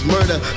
Murder